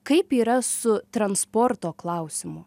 kaip yra su transporto klausimu